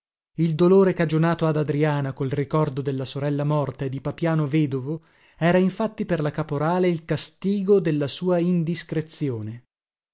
il dolore cagionato ad adriana col ricordo della sorella morta e di papiano vedovo era infatti per la caporale il castigo della sua indiscrezione